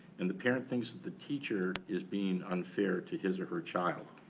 and the parent thinks that the teacher is being unfair to his or her child.